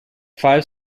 five